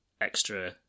extra